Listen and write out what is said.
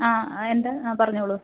ആ എന്താ ആ പറഞ്ഞോളു